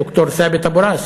ד"ר ת'אבת אבו ראס,